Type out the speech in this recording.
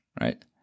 right